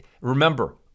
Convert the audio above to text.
Remember